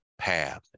path